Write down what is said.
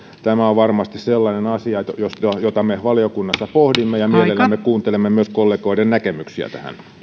tämä on varmasti sellainen asia jota me valiokunnassa pohdimme ja mielellämme kuuntelemme myös kollegoiden näkemyksiä tähän